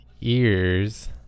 ears